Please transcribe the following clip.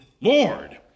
Lord